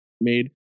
made